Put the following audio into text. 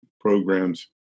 programs